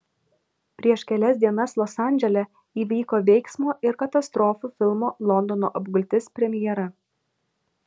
prieš kelias dienas los andžele įvyko veiksmo ir katastrofų filmo londono apgultis premjera